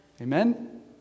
Amen